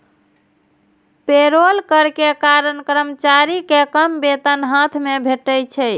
payroll कर के कारण कर्मचारी कें कम वेतन हाथ मे भेटै छै